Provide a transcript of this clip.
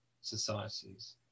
societies